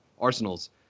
arsenals